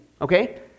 okay